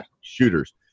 shooters